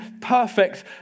perfect